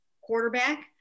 quarterback